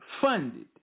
funded